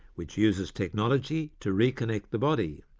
which uses technology to reconnect the body.